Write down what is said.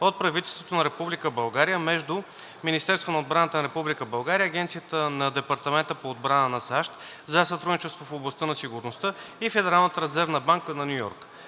от правителството на Република България, между Министерството на отбраната на Република България, Агенцията на Департамента по отбрана на САЩ за сътрудничество в областта на сигурността и Федералната резервна банка на Ню Йорк,